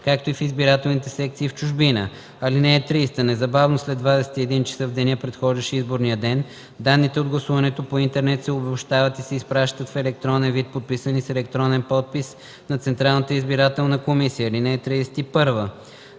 както и в избирателните секции в чужбина. (30) Незабавно след 21 часа в деня, предхождащ изборния ден, данните от гласуването по интернет се обобщават и изпращат в електронен вид, подписани с електронен подпис, на Централната избирателна комисия. (31)